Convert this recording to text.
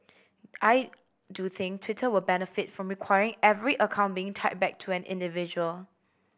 I do think Twitter would benefit from requiring every account being tied back to an individual